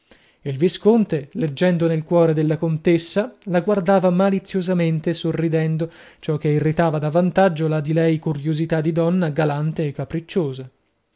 il visconte leggendo nel cuore della contessa la guardava maliziosamente sorridendo ciò che irritava davvantaggio la di lei curiosità di donna galante e capricciosa